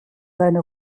seine